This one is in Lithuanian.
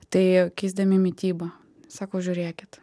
tai keisdami mitybą sako žiūrėkit